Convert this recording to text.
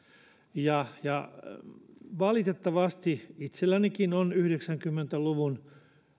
valitettavasti yhdeksänkymmentä luvun